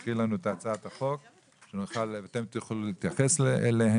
להקריא את הצעת החוק על מנת שנוכל להתייחס אליה.